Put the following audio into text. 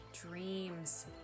dreams